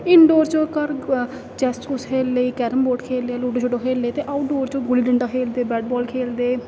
indoor च ओह् घर चैस चुस खेलने कैरम बोर्ड खेल लूडो शडो खेल ते आउउटडोर च गुल्ली डंडा खेलदे बैट बाल खेलदे